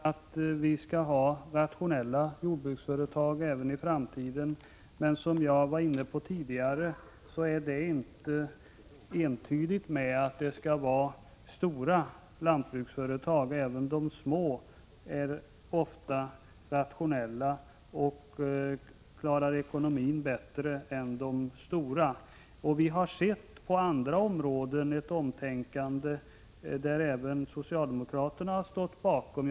Herr talman! Jag är helt överens med Åke Selberg om att vi även i framtiden skall ha rationella jordbruk. Som jag var inne på tidigare är detta dock inte liktydigt med stora lantbruksföretag. Även de små jordbruksföretagen är ofta rationella och klarar ekonomin bättre än de stora. På andra områden har vi sett ett omtänkande som även socialdemokraterna har stått bakom.